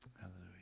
Hallelujah